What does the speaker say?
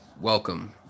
welcome